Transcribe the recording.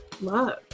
love